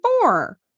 four